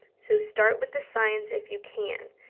so start with the science if you can.